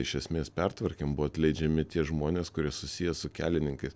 iš esmės pertvarkėm buvo atleidžiami tie žmonės kurie susiję su kelininkais